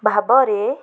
ଭାବରେ